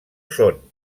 són